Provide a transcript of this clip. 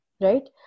right